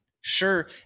Sure